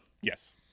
yes